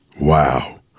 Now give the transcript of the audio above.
wow